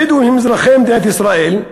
הבדואים הם אזרחי מדינת ישראל,